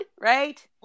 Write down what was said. right